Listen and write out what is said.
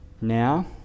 now